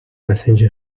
messenger